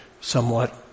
somewhat